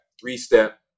three-step